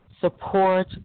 support